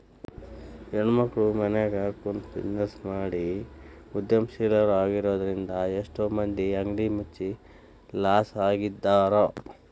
ಹೆಣ್ಮಕ್ಳು ಮನ್ಯಗ ಕುಂತ್ಬಿಜಿನೆಸ್ ಮಾಡಿ ಉದ್ಯಮಶೇಲ್ರಾಗಿದ್ರಿಂದಾ ಎಷ್ಟೋ ಮಂದಿ ಅಂಗಡಿ ಮುಚ್ಚಿ ಲಾಸ್ನ್ಯಗಿದ್ದಾರ